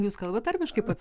jus kalbat tarmiškai pats